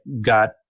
got